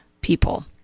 people